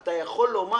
אתה שואל: